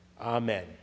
amen